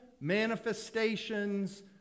manifestations